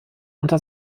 unter